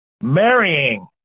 marrying